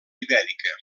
ibèrica